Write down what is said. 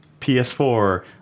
PS4